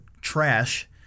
trash